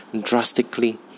drastically